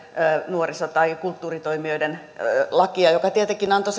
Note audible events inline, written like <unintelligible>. nuoriso tai kulttuuritoimijoiden lakia mikä tietenkin antoi <unintelligible>